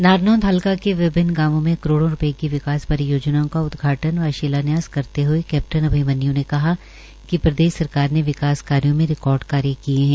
नारनौद हल्का के विभन्न गांवों में करोड़ो रूपये की विकास परियोजनाओं का उदघाटन व शिलान्यास करते हुए कैप्टन अभिमन्यू ने कहा कि प्रदेश सरकार ने विकास कार्यो में रिकार्ड कार्य किये है